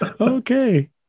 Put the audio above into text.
Okay